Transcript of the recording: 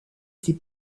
ses